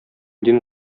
дин